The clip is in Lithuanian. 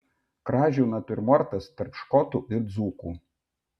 kražių natiurmortas tarp škotų ir dzūkų